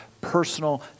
personal